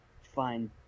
fine